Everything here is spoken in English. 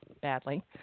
badly